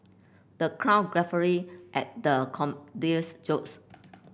the crowd guffawed at the comedian's jokes